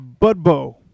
budbo